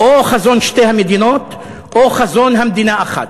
או חזון שתי המדינות או חזון מדינה אחת,